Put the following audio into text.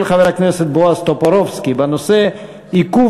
של חבר הכנסת בועז טופורובסקי בנושא: עיכוב